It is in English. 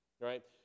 right